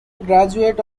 graduate